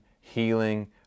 healing